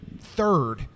third